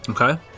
Okay